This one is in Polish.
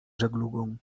żeglugą